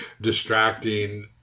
distracting